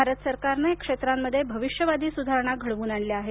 भारत सरकारने या क्षेत्रांमध्ये भविष्यवादी सुधारणा घडवून आणल्या आहेत